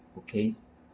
okay